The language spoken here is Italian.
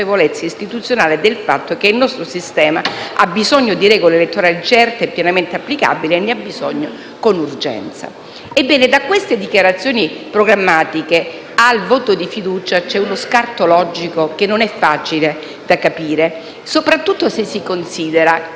Ebbene, da queste dichiarazioni programmatiche al voto di fiducia vi è uno scarto logico che non è facile da capire, soprattutto se si considera